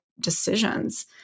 decisions